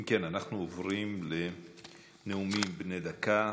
אם כן, אנחנו עוברים לנאומים בני דקה,